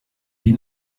die